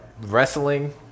wrestling